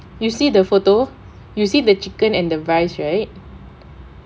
you see the photo you see the chicken and the rice right